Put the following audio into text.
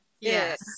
Yes